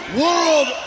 world